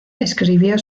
escribió